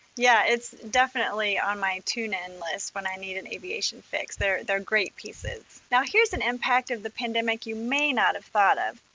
yeah, it's definitely on my tunein list when i need an aviation fix. they're they're great pieces. now here's an impact of the pandemic you may not have thought of,